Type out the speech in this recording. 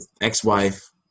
ex-wife